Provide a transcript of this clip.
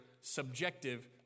subjective